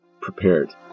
prepared